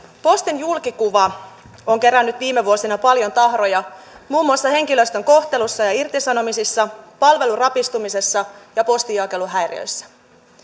postin julkikuva on kerännyt viime vuosina paljon tahroja muun muassa henkilöstön kohtelussa ja irtisanomisissa palvelun rapistumisessa ja postinjakeluhäiriöissä